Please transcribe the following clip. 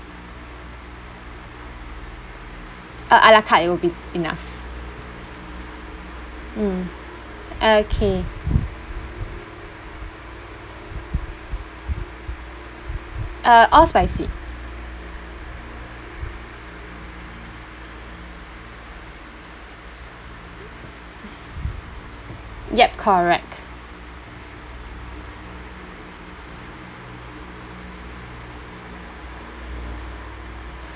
uh a la carte it will be enough mm okay uh all spicy yup correct